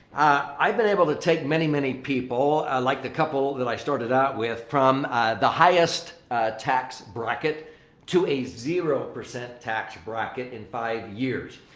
i've been able to take many many people like the couple that i started out with from the highest tax bracket to a zero percent tax bracket in five years.